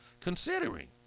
Considering